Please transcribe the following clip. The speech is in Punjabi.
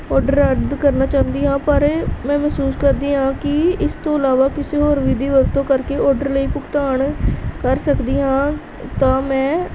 ਔਡਰ ਰੱਦ ਕਰਨਾ ਚਾਹੁੰਦੀ ਹਾਂ ਪਰ ਮੈਂ ਮਹਿਸੂਸ ਕਰਦੀ ਹਾਂ ਕਿ ਇਸ ਤੋਂ ਇਲਾਵਾ ਕਿਸੇ ਹੋਰ ਵਿਧੀ ਵਰਤੋਂ ਕਰਕੇ ਔਡਰ ਲਈ ਭੁਗਤਾਨ ਕਰ ਸਕਦੀ ਹਾਂ ਤਾਂ ਮੈਂ